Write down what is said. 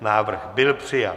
Návrh byl přijat.